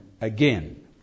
again